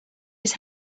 his